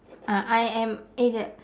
ah I am eh jap